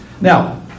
now